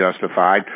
justified